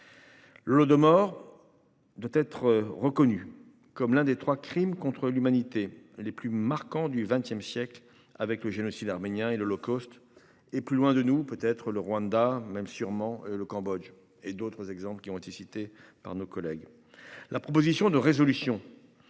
Le de morts. Doit être reconnu comme l'un des 3 crimes contre l'humanité les plus marquants du XXe siècle avec le génocide arménien et l'holocauste et, plus loin de nous peut être le Rwanda même sûrement le Cambodge et d'autres exemples qui ont été cités par nos collègues. La proposition de résolution.